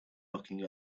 looking